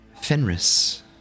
Fenris